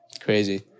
Crazy